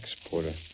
exporter